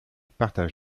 partage